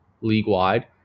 league-wide